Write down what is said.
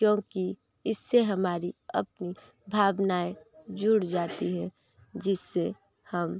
क्योंकि इससे हमारी अपनी भावनाएं जुड़ जाती है जिससे हम